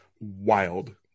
wild